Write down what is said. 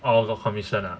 oh got commission ah